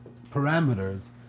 parameters